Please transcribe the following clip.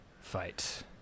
fight